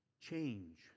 change